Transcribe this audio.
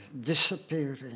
disappearing